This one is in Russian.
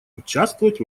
участвовать